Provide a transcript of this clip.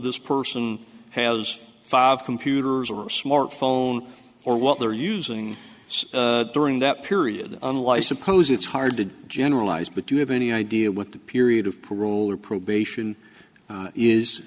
this person has five computers or a smartphone or what they're using during that period unlike suppose it's hard to generalize but you have any idea what the period of parole or probation